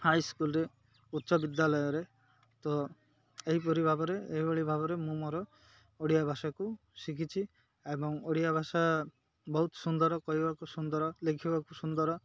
ହାଇସ୍କୁଲ୍ରେ ଉଚ୍ଚ ବିିଦ୍ୟାଳୟରେ ତ ଏହିପରି ଭାବରେ ଏହିଭଳି ଭାବରେ ମୁଁ ମୋର ଓଡ଼ିଆ ଭାଷାକୁ ଶିଖିଛି ଏବଂ ଓଡ଼ିଆ ଭାଷା ବହୁତ ସୁନ୍ଦର କହିବାକୁ ସୁନ୍ଦର ଲେଖିବାକୁ ସୁନ୍ଦର